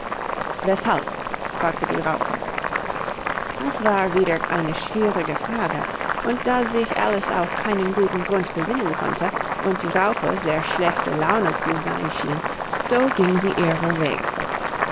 weshalb fragte die raupe das war wieder eine schwierige frage und da sich alice auf keinen guten grund besinnen konnte und die raupe sehr schlechter laune zu sein schien so ging sie ihrer wege